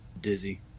Dizzy